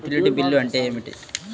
Utility bill అంటే ఏమిటి?